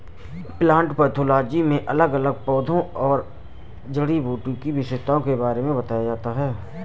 plant pathology में अलग अलग पौधों और जड़ी बूटी की विशेषताओं के बारे में बताया जाता है